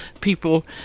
people